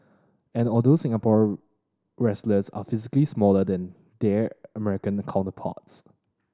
and although Singapore wrestlers are physically smaller than their American counterparts